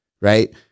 right